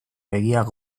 begiak